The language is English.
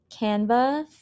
Canva